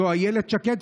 זו אילת שקד,